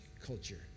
culture